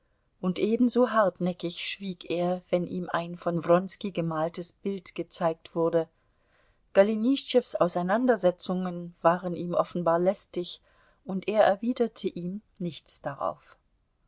und ebenso hartnäckig schwieg er wenn ihm ein von wronski gemaltes bild gezeigt wurde golenischtschews auseinandersetzungen waren ihm offenbar lästig und er erwiderte ihm nichts darauf